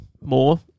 more